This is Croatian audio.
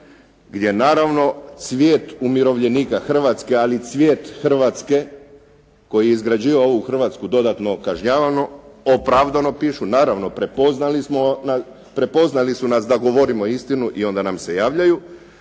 gdje naravno svijet umirovljenika Hrvatske ali i svijet Hrvatske koji je izgrađivao ovu Hrvatsku dodatno kažnjavano opravdano pišu, naravno prepoznali su nas da govorimo istinu i onda nam se javljaju.